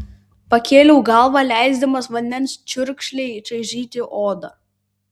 pakėliau galvą leisdamas vandens čiurkšlei čaižyti odą